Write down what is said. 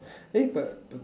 eh but but